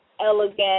elegant